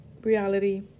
reality